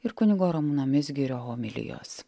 ir kunigo ramūno mizgirio homilijos